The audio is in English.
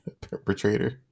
Perpetrator